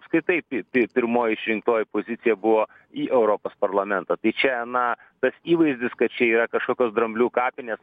apskritai pi pi pirmoji išrinktoji pozicija buvo į europos parlamentą tai čia na tas įvaizdis kad čia yra kažkokios dramblių kapinės